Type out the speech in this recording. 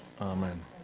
amen